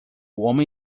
homem